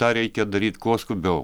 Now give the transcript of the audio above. tą reikia daryt kuo skubiau